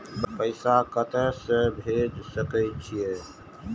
पैसा कते से भेज सके छिए?